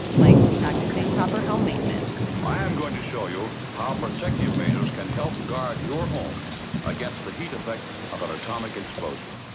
like practicing proper home maintenance i am going to show you how protective measures can help guard your home against the heat effects of an atomic explosion.